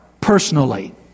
personally